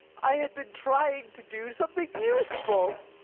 i had been trying to do something useful.